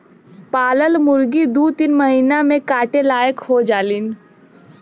पालल मुरगी दू तीन महिना में काटे लायक हो जायेली